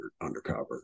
undercover